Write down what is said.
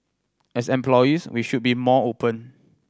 as employees we should be more open